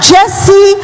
Jesse